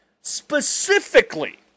specifically